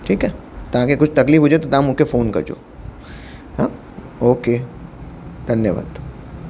ठीकु आहे तव्हांखे कुझु तकलीफ़ हुजे त तव्हां मूंखे फ़ोन कजो हां ओके धन्यवाद